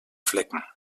flecken